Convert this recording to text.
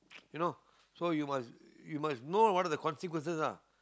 you know so you must know what are the consequences ah